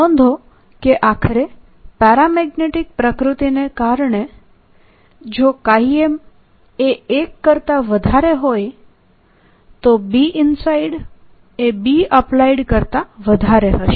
નોંધો કે આખરે પેરામેગ્નેટીક પ્રકૃતિને કારણે જો M એ 1 કરતા વધારે હોય તો Binside એ Bapplied કરતાં વધારે હશે